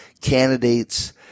candidates